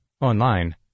online